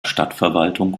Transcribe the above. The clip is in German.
stadtverwaltung